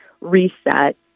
reset